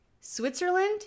Switzerland